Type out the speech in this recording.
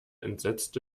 entsetzte